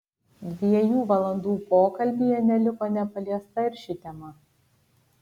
dviejų valandų pokalbyje neliko nepaliesta ir ši tema